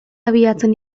abiatzen